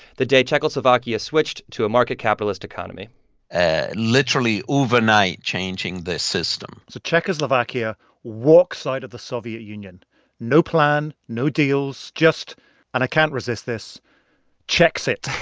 the day czechoslovakia switched to a market capitalist economy ah literally overnight changing their system so czechoslovakia walks out of the soviet union no plans, no deals, just and i can't resist this czechs-it